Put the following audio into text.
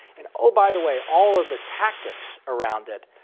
and all by the way, all of the tactics around it,